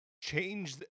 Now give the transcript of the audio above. change